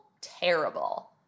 terrible